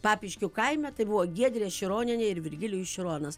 papiškių kaime tai buvo giedrė šironienė ir virgilijus šironas